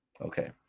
Okay